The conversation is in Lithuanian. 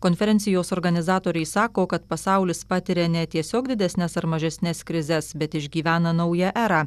konferencijos organizatoriai sako kad pasaulis patiria ne tiesiog didesnes ar mažesnes krizes bet išgyvena naują erą